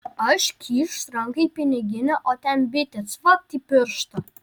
aš kyšt ranką į piniginę o ten bitė cvakt į pirštą